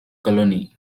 colony